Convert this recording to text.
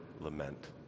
lament